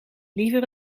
liever